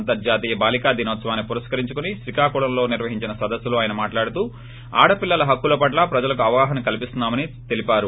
అంతర్జాతీయ బాలికా దినోత్సవాన్ని పురస్కరించుకుని శ్రీకాకుళంలో నిర్వహించిన సదస్సులో ఆయన మాట్లాడుతూ ఆడపిల్లల హక్కుల పట్ల ప్రజలకు అవగాహన కల్పిస్తున్నామని తెలిపారు